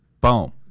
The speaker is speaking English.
Boom